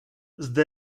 zde